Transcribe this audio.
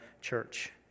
church